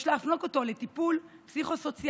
יש להפנות אותו לטיפול פסיכו-סוציאלי,